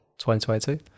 2022